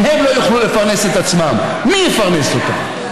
אם הם לא יוכלו לפרנס את עצמם, מי יפרנס אותם?